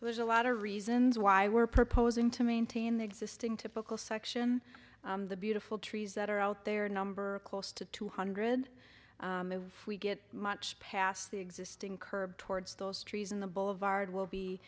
so there's a lot of reasons why we're proposing to maintain the existing typical section the beautiful trees that are out there number of close to two hundred we get past the existing curb towards those trees in the boulevard will be